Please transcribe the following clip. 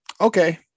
Okay